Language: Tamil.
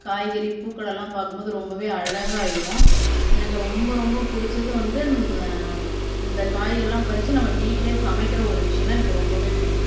காய்கறி பூக்களலெல்லாம் பார்க்கும்போது ரொம்பவே அழகாயிடும் எனக்கு ரொம்ப ரொம்ப பிடிச்சது வந்து இந்த காயெல்லாம் பறித்து நம்ம வீட்டில் சமைக்கின்ற ஒரு விஷயந்தான் எனக்கு ரொம்பவே பிடிக்கும்